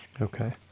Okay